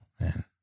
man